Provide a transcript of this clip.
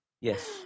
Yes